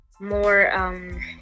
more